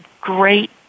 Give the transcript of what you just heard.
great